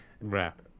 Wrap